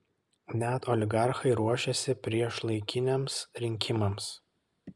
net oligarchai ruošiasi priešlaikiniams rinkimams